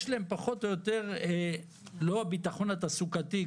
יש להם פחות או יותר לא הביטחון התעסוקתי,